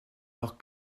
leurs